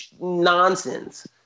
nonsense